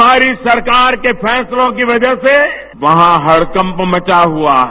हमारी सरकार के फैसलों की वजह से वहां हड़कंप मचा हुआ है